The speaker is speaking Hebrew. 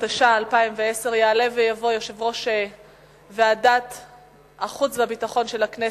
התש"ע 2010. יעלה ויבוא יושב-ראש ועדת החוץ והביטחון של הכנסת,